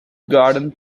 garden